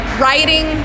writing